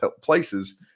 places